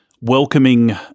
welcoming